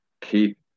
Keep